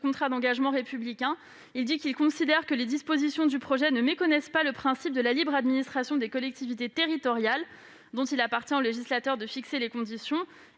ce contrat d'engagement républicain. Il considère en effet que les dispositions du projet de loi ne méconnaissent pas le principe de la libre administration des collectivités territoriales, dont il appartient au législateur de fixer les conditions